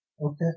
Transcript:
Okay